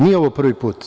Nije ovo prvi put.